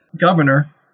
governor